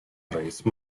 raise